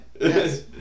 yes